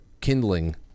kindling